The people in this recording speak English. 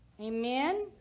amen